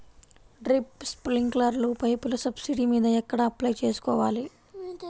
Drip, స్ప్రింకర్లు పైపులు subsidy మీద ఎక్కడ అప్లై చేసుకోవాలి?